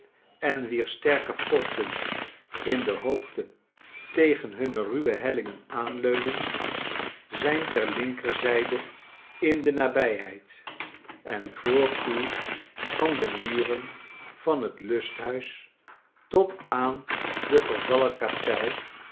en wier sterke forten in de hoogte tegen hunne ruwe hellingen aanleunen zijn ter linkerzijde in de nabijheid en voor u van de muren van het lusthuis tot aan de vervallen kapel